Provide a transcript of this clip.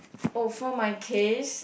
oh for my case